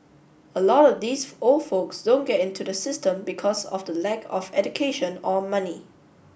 a lot of these old folks don't get into the system because of the lack of education or money